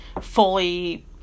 fully